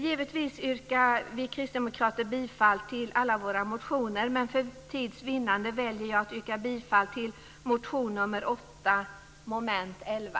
Givetvis yrkar vi kristdemokrater bifall till alla våra motioner, men för tids vinnande väljer jag att yrka bifall till reservation nr 8 under mom. 11.